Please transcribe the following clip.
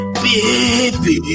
baby